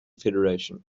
federation